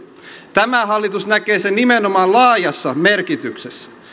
tämä hallitus näkee sen nimenomaan laajassa merkityksessä